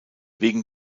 wegen